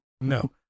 No